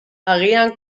agian